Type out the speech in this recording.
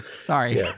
Sorry